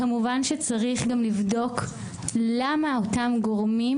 כמובן שצריך גם לבדוק למה אותם גורמים